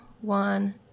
one